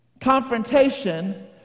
confrontation